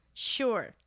Sure